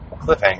cliffhanger